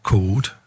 Called